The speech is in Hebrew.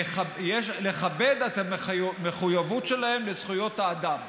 לכבד את המחויבות שלהם לזכויות האדם,